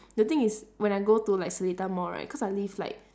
the thing is when I go to like seletar mall right cause I live like